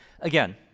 Again